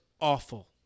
awful